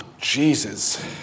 Jesus